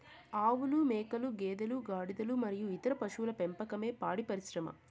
ఆవులు, మేకలు, గేదెలు, గాడిదలు మరియు ఇతర పశువుల పెంపకమే పాడి పరిశ్రమ